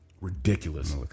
ridiculous